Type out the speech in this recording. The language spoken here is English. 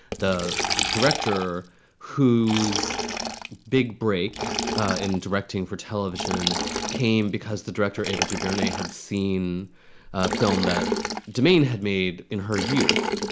the director whose big break in directing for television came because the director, ava duvernay, had seen a film that dumaine had made in her youth.